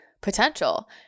potential